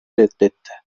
reddetti